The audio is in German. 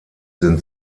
sind